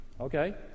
Okay